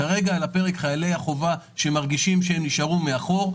כרגע על הפרק חיילי החובה שמרגישים שהם נשארו מאחור.